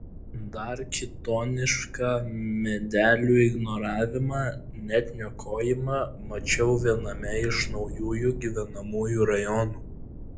dar kitonišką medelių ignoravimą net niokojimą mačiau viename iš naujųjų gyvenamųjų rajonų